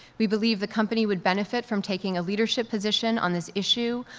we believe the company would benefit from taking a leadership position on this issue,